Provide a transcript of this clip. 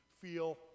feel